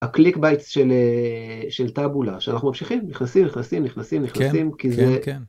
הקליקבייטס של אה... של טאבולה שאנחנו ממשיכים, נכנסים, נכנסים, נכנסים, נכנסים, כי זה...